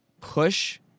push